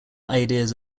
ideas